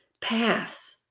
paths